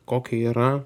kokį yra